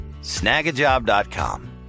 snagajob.com